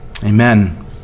Amen